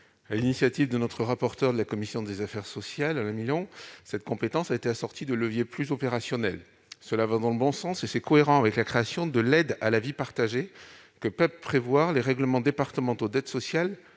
l'initiative du rapporteur pour avis de la commission des affaires sociales, Alain Milon, cette compétence a été assortie de leviers plus opérationnels. Cela va dans le bon sens et c'est cohérent avec l'aide à la vie partagée que les règlements départementaux d'aide sociale